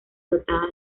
dotada